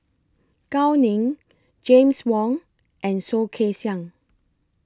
Gao Ning James Wong and Soh Kay Siang